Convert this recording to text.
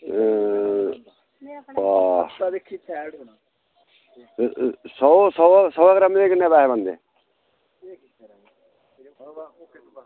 एह् सौ ग्रामें दे किन्ने पैसे बनदे